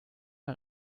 mal